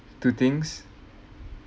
to things